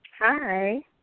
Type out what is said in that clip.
Hi